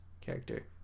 character